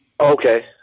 Okay